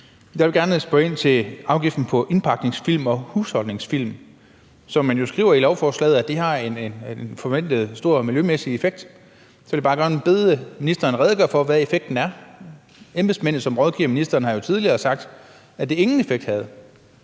Jeg vil gerne spørge ind til afgiften på indpakningsfilm og husholdningsfilm. Man skriver i lovforslaget, at det har en forventet stor miljømæssig effekt. Så vil jeg bare gerne bede ministeren redegøre for, hvad effekten er. Embedsmændene, som rådgiver ministeren, har jo tidligere sagt, at det ingen effekt havde.